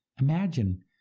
imagine